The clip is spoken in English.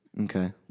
Okay